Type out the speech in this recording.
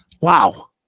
Wow